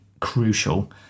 crucial